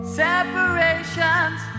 separations